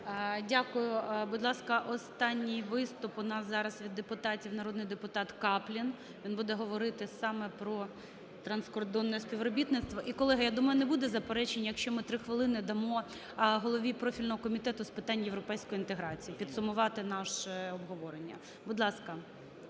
ласка, останній виступ у нас зараз від депутатів – народний депутат Каплін. Він буде говорити саме про транскордонне співробітництво. І, колеги, я думаю, не буде заперечень, якщо ми 3 хвилин дамо голові профільного Комітету з питань європейської інтеграції підсумувати наше обговорення. Будь ласка.